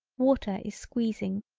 water is squeezing,